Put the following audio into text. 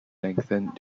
lengthened